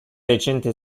recente